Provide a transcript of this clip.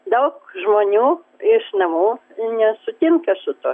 daug žmonių iš namų nesutinka su tuo